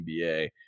NBA